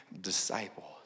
disciples